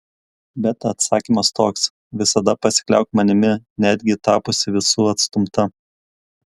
bet atsakymas toks visada pasikliauk manimi netgi tapusi visų atstumta